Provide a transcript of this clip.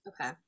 Okay